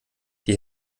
die